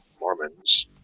Mormons